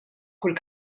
kull